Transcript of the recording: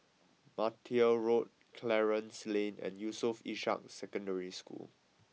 Martia Road Clarence Lane and Yusof Ishak Secondary School